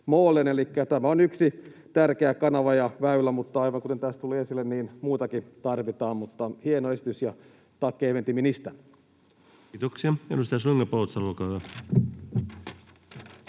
tämä on yksi tärkeä kanava ja väylä, mutta aivan kuten tässä tuli esille, niin muutakin tarvitaan. Mutta hieno esitys. Tack även till ministern. Kiitoksia. — Edustaja Slunga-Poutsalo, olkaa